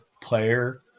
player